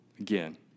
again